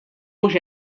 mhux